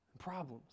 problems